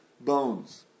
bones